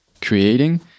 creating